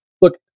Look